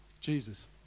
Jesus